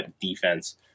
defense